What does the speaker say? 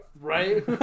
right